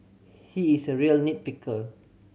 he is a real nit picker